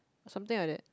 something like that